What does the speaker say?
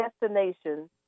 destination